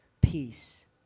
peace